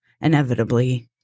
inevitably –